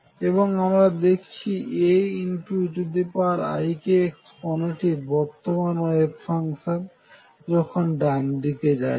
এখানে আমরা দেখেছি Aeikx কনাটির বর্তমান ওয়েভ ফাংশান যখন ডানদিকে যাচ্ছে